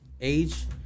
age